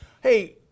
hey